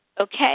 Okay